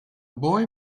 boy